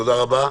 תודה רבה.